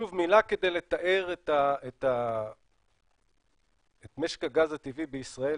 שוב, מילה כדי לתאר את משק הגז הטבעי בישראל.